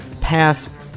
pass